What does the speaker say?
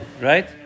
right